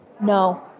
no